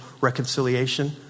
reconciliation